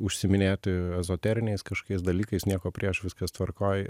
užsiiminėti ezoteriniais kažkokiais dalykais nieko prieš viskas tvarkoj